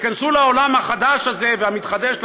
ייכנסו לעולם החדש והמתחדש הזה,